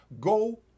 go